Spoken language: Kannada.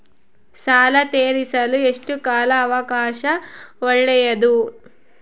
ಸಾಲ ತೇರಿಸಲು ಎಷ್ಟು ಕಾಲ ಅವಕಾಶ ಒಳ್ಳೆಯದು?